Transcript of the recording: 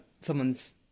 someone's